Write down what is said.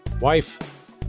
wife